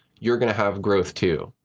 you're going to have growth too.